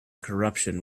corruption